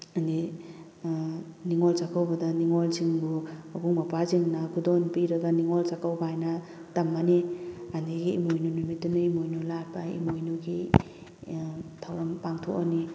ꯑꯗꯩ ꯅꯤꯡꯉꯣꯜ ꯆꯥꯛꯀꯧꯕꯗ ꯅꯤꯡꯉꯣꯜꯁꯤꯡꯕꯨ ꯃꯕꯨꯡ ꯃꯧꯄ꯭ꯋꯥꯁꯤꯡꯅ ꯈꯨꯗꯣꯜ ꯄꯤꯔꯒ ꯅꯤꯡꯉꯣꯜ ꯆꯥꯛꯀꯧꯕ ꯍꯥꯏꯅ ꯇꯝꯃꯅꯤ ꯑꯗꯒꯤ ꯏꯃꯣꯏꯅꯨ ꯅꯨꯃꯤꯠꯇꯅ ꯏꯃꯣꯏꯅꯨ ꯂꯥꯠꯄ ꯏꯃꯣꯏꯒꯤ ꯊꯧꯔꯝ ꯄꯥꯡꯊꯣꯛꯑꯅꯤ